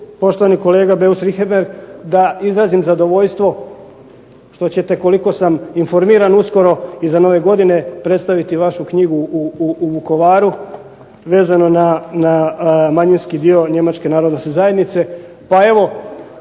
poštovani kolega Beus Richembergh da izrazim zadovoljstvo što ćete koliko sam informiran uskoro iza nove godine predstaviti vašu knjigu u Vukovaru vezano na manjinski dio njemačke narodnosne zajednice,